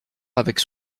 avec